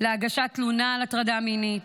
להגשת תלונה על הטרדה מינית,